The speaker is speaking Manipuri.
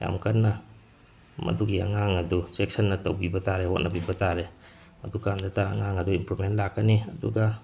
ꯌꯥꯝ ꯀꯟꯅ ꯃꯗꯨꯒꯤ ꯑꯉꯥꯡ ꯑꯗꯨ ꯆꯦꯛꯁꯤꯟꯅ ꯇꯧꯕꯤꯕ ꯇꯥꯔꯦ ꯍꯣꯠꯅꯕꯤꯕ ꯇꯥꯔꯦ ꯑꯗꯨꯀꯥꯟꯗꯇ ꯑꯉꯥꯡ ꯑꯗꯨ ꯏꯝꯄ꯭ꯔꯨꯚꯃꯦꯟ ꯂꯥꯛꯀꯅꯤ ꯑꯗꯨꯒ